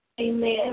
Amen